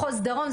מחוז דרום,